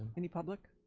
any public?